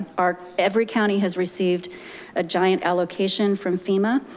or every county has received a giant allocation from fema.